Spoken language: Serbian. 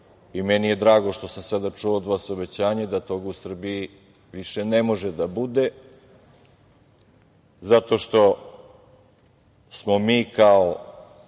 i meni je drago što sam sada čuo od vas obećanje da toga u Srbiji više ne može da bude, zato što smo mi kao